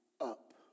up